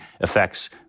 affects